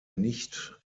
nicht